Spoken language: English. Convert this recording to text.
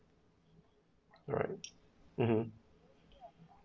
alright mmhmm